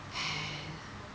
!hais!